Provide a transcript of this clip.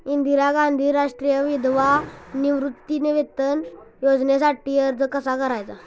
इंदिरा गांधी राष्ट्रीय विधवा निवृत्तीवेतन योजनेसाठी अर्ज कसा करायचा?